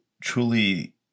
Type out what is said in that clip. truly